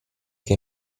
che